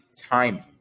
timing